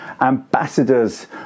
ambassadors